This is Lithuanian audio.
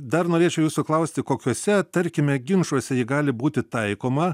dar norėčiau jūsų klausti kokiuose tarkime ginčuose ji gali būti taikoma